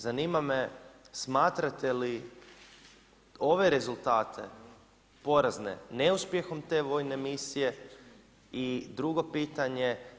Zanima me smatrate li ove rezultate, porazne, neuspjehom te vojne misije i drugo pitanje.